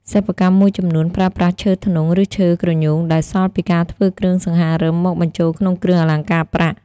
សិប្បកម្មមួយចំនួនប្រើប្រាស់ឈើធ្នង់ ឬឈើគ្រញូងដែលសល់ពីការធ្វើគ្រឿងសង្ហារឹម មកបញ្ចូលក្នុងគ្រឿងអលង្ការប្រាក់។